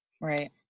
Right